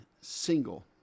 single